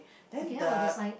okay how about the sign